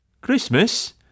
Christmas